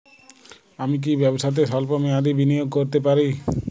আমি কি ব্যবসাতে স্বল্প মেয়াদি বিনিয়োগ করতে পারি?